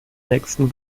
nächsten